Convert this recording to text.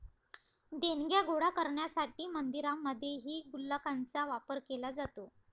देणग्या गोळा करण्यासाठी मंदिरांमध्येही गुल्लकांचा वापर केला जातो